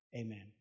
Amen